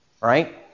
right